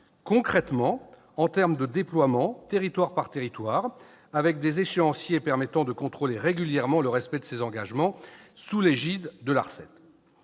concrètement, en termes de déploiement, territoire par territoire, avec des échéanciers permettant de contrôler régulièrement le respect des engagements, sous l'égide de l'ARCEP